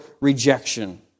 rejection